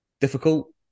difficult